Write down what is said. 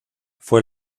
fue